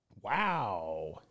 Wow